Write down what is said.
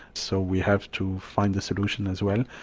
so we have to find a solution as well.